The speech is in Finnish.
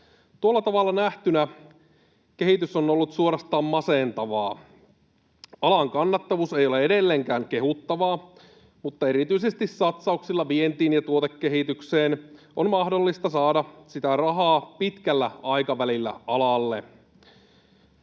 Tuolla tavalla nähtynä kehitys on ollut suorastaan masentavaa. Alan kannattavuus ei ole edelleenkään kehuttavaa, mutta erityisesti satsauksilla vientiin ja tuotekehitykseen on mahdollista saada sitä rahaa pitkällä aikavälillä alalle,